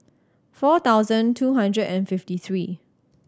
four thousand two hundred and fifty three